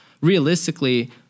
Realistically